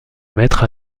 maître